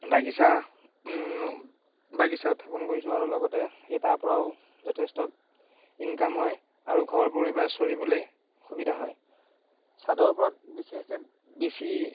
বাগিচা বাগিচা উথাপন কৰিছোঁ আৰু লগতে সেই তাৰ পৰাও যথেষ্ট ইনকাম হয় আৰু ঘৰ পৰিবাৰ চৰিবকৈ সুবিধা হয় চাদৰ ওপৰত বিশেষকৈ বেছি